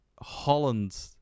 Holland